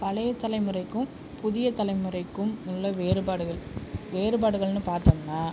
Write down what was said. பழைய தலைமுறைக்கும் புதிய தலைமுறைக்கும் உள்ள வேறுபாடுகள் வேறுபாடுகள்னு பார்த்தோம்னா